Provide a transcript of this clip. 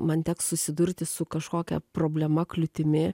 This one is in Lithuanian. man teks susidurti su kažkokia problema kliūtimi